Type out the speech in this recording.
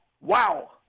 wow